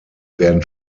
werden